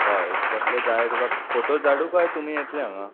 हय कसले जाय तुका फोटो धाडूं काय तुमी येतले हांगा